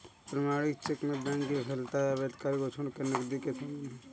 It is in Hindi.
प्रमाणित चेक में बैंक की विफलता या अवैध कार्य को छोड़कर नकदी के समान है